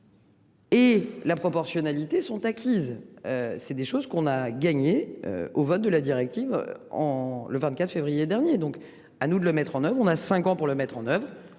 Et la proportionnalité sont acquises. C'est des choses qu'on a gagné au vote de la directive en le 24 février dernier. Donc à nous de le mettre en oeuvre, on a cinq ans pour le mettre en oeuvre